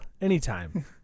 anytime